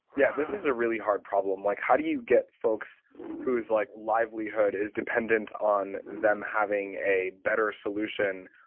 yeah, this is a really hard problem. like how do you get folks whose like livelihood is dependent on them having a better solution?